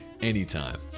anytime